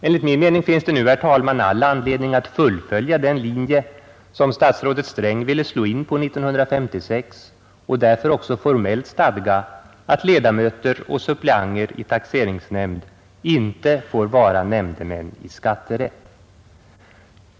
Enligt min mening finns det nu all anledning, herr talman, att fullfölja den linje som statsrådet Sträng ville slå in på 1956 och därför också formellt stadga att ledamöter och suppleanter i taxeringsnämnd icke får vara nämndemän i skatterätt.